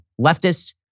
leftists